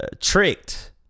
tricked